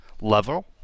level